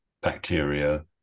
bacteria